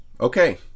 Okay